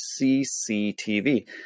CCTV